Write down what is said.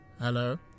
Hello